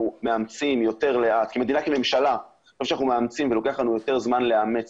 אנחנו מאמצים יותר לאט - לוקח לנו יותר זמן לאמץ